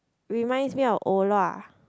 reminds me of orh luak